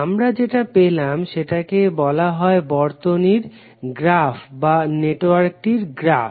আমরা যেটা পেলাম সেটাকে বলা হয় বর্তনীর গ্রাফ বা নেটওয়ার্কটির গ্রাফ